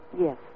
Yes